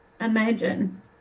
imagine